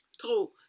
True